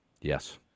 Yes